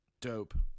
Dope